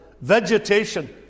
Vegetation